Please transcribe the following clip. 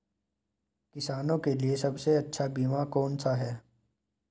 किसानों के लिए सबसे अच्छा बीमा कौन सा है?